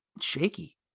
shaky